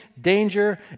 danger